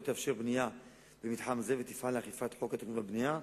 לא תאפשר בנייה במתחם זה ותפעל לאכיפת חוק התכנון והבנייה.